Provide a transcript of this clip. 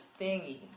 thingy